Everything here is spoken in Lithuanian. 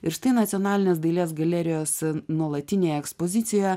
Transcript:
ir štai nacionalinės dailės galerijos nuolatinėje ekspozicijoje